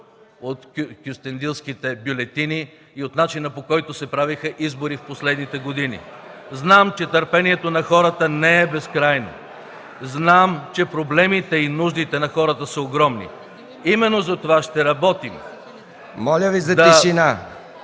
Моля Ви за тишина!